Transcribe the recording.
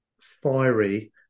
fiery